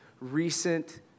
recent